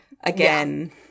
again